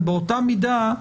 ובאותה מידה,